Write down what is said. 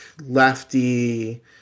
lefty